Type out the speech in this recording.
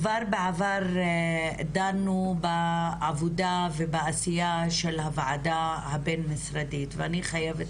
כבר בעבר דנו בעבודה ובעשיה של הוועדה הבין-משרדית ואני חייבת